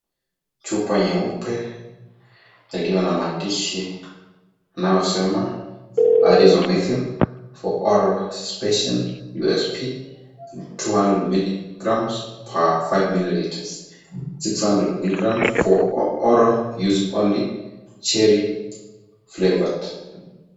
Chupa nyeupe iliyo na maandishi inaosema Azythromycin (cs)For oral suspension, USP,200mg per 5ml,600mg for oral use only, Cherry flavored(CS).